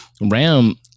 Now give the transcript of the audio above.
Ram